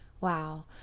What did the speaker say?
Wow